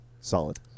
Solid